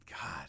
God